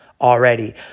already